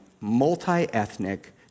multi-ethnic